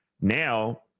Now